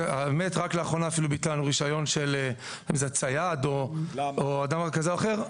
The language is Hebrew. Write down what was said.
רק לאחרונה ביטלנו רישיון של ציד או אדם כזה או אחר.